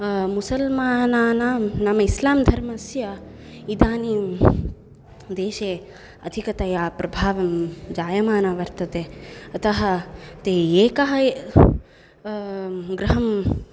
मुसल्मानानां नाम इस्लां धर्मस्य इदानीं देशे अधिकतया प्रभावं जायमानं वर्तते अतः ते एकः ए गृहं